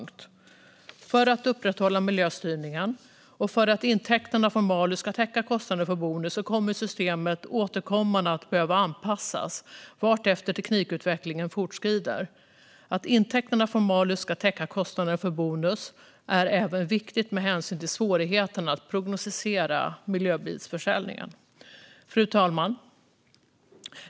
För att man ska kunna upprätthålla miljöstyrningen och för att intäkterna från malus ska täcka kostnaderna för bonus kommer systemet återkommande att behöva anpassas vartefter teknikutvecklingen fortskrider. Att intäkterna från malus ska täcka kostnaderna för bonus är även viktigt med hänsyn till svårigheterna att prognostisera miljöbilsförsäljningen. Fru talman!